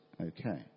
okay